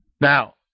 Now